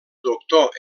doctor